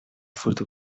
photo